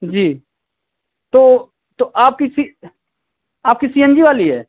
जी तो तो आप किसी आपकी सी एन जी वाली है